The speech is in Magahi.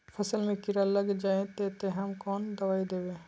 फसल में कीड़ा लग जाए ते, ते हम कौन दबाई दबे?